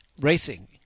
racing